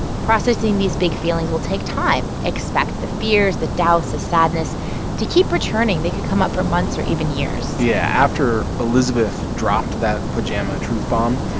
processing these big feelings will take time. expect the fears, the doubts, the sadness to keep returning. they could come up for months or even years yeah. after elizabeth dropped that pajama truth bomb,